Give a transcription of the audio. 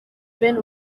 bene